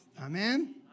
Amen